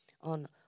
on